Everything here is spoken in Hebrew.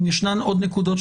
האם ישנן עוד נקודות?